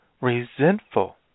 resentful